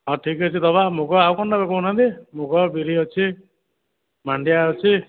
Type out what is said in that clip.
ହଁ ଠିକ୍ ଅଛି ଦେବା ମୁଗ ଆଉ କ'ଣ ନେବେ କହୁନାହାନ୍ତି ମୁଗ ବିରି ଅଛି ମାଣ୍ଡିଆ ଅଛି